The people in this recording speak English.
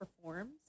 performs